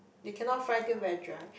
they cannot fry till very dry